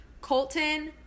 Colton